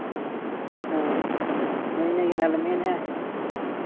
ᱦᱳᱭ ᱱᱤᱭᱮ ᱜᱮ ᱦᱟᱸᱜ ᱞᱮ ᱢᱮᱱ ᱮᱜᱼᱟ